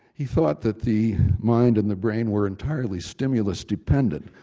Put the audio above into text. he thought that the mind and the brain were entirely stimulus-dependent.